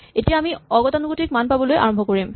আৰু এতিয়া আমি অগতানুগতিক মান পাবলৈ আৰম্ভ কৰিম